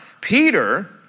Peter